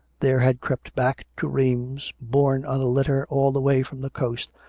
there had crept back to rheims, borne on a litter all the way from the coast,